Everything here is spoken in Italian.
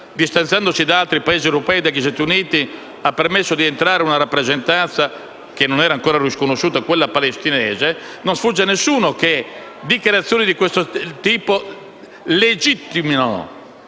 distanziandosi da altri Paesi europei e dagli Stati Uniti, ha permesso di entrare alla rappresentanza palestinese, che non era ancora riconosciuta. Non sfugge a nessuno che dichiarazioni di questo tipo legittimino